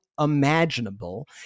imaginable